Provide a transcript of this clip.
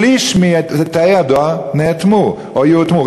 שליש מתאי הדואר נאטמו או ייאטמו.